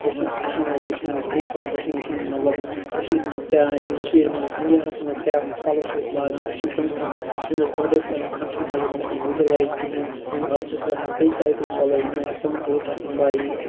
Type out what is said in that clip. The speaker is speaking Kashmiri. أسۍ چھِنہٕ اَسہِ چھِ نہٕ آز وٕچھان گَرِکۍ أسۍ چھِنہٕ وٕچھان مَطلَب کٔشیٖر مَنٛز کیاہ کٔشیٖر مَنٛز اِنڈیاہَس مَنٛز کیاہ پَلَو چھِ أسۍ لاگان أسۍ چھِنہٕ تِم یِم أسۍ گۄڈٕ ٲسۍ لاگان تِم چھِنہٕ آز أسۍ کَران یوٗٹِلایِز کِہیٖنۍ آز چھِ أسۍ لاگان بیٚیہِ ٹایپِک پَلَو یِمنہٕ اَسہِ پانہِ تہِ ٲسۍ آسان پَیی